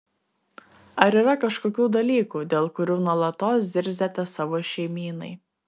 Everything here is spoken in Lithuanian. ar yra kažkokių dalykų dėl kurių nuolatos zirziate savo šeimynai